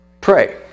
Pray